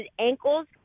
ankles